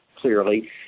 clearly